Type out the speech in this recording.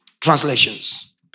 translations